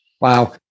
Wow